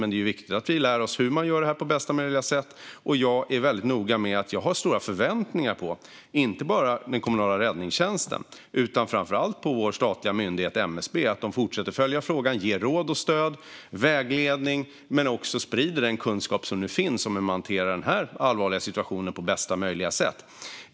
Det är dock viktigt att vi lär oss hur man gör detta på bästa möjliga sätt, och jag är noga med att säga att jag har stora förväntningar inte bara på den kommunala räddningstjänsten utan framför allt på vår statliga myndighet MSB. De ska fortsätta följa frågan och ge råd, stöd och vägledning - men också sprida den kunskap som nu finns om hur man hanterar den här allvarliga situationen på bästa möjliga sätt.